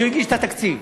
כשהוא הגיש את התקציב?